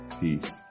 Peace